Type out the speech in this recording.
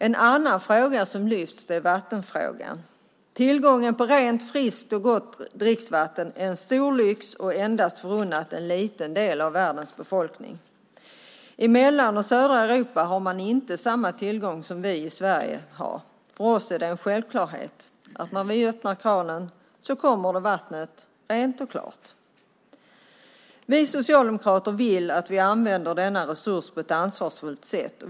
En annan fråga som lyfts upp gäller den om vatten. Tillgången på rent, friskt och gott dricksvatten är en stor lyx och endast förunnat en liten del av världens befolkning. I Mellan och Sydeuropa har man inte samma tillgång som vi i Sverige. För oss är det en självklarhet att när vi öppnar kranen kommer vattnet rent och klart. Vi socialdemokrater vill att vi använder denna resurs på ett ansvarsfullt sätt.